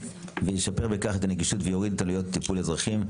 וישפר בכך את הנגישות ויוריד את עלויות הטיפול לאזרחים,